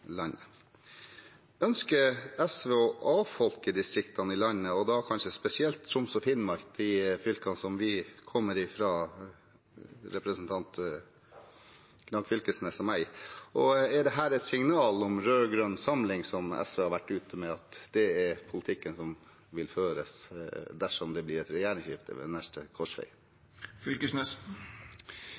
Ønsker SV å avfolke distriktene i landet, og da kanskje spesielt Troms og Finnmark, de fylkene som vi kommer fra, representanten Fylkesnes og jeg? Og er dette et signal om rød-grønn samling, som SV har vært ute med, at dette er politikken som vil føres dersom det blir et regjeringsskifte ved